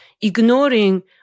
ignoring